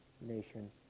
nation